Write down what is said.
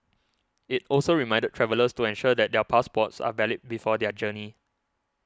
it also reminded travellers to ensure that their passports are valid before their journey